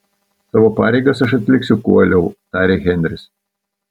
savo pareigas aš atliksiu kuo uoliau tarė henris